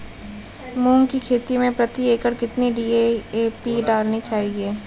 मूंग की खेती में प्रति एकड़ कितनी डी.ए.पी डालनी चाहिए?